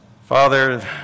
Father